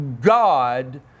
God